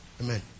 Amen